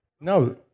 No